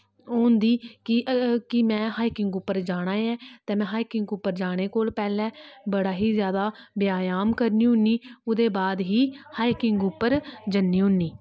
ओह् होंदी कि कि में हाइकिंग उप्पर जाना ऐ ते में हाइकिंग उप्पर जाने कोला पैह्लें बड़ा ही जादा व्यायाम करनी होनी ओह्दे बाद ही हाइकिंग उप्पर जन्नी होनी